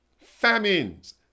famines